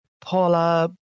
Paula